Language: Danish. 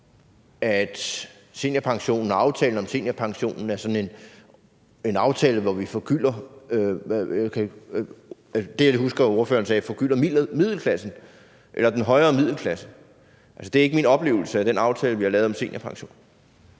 og aftalen om seniorpensionen er sådan en aftale, hvor vi forgylder middelklassen og den højere middelklasse. Det er ikke min oplevelse af den aftale, vi har lavet om seniorpension.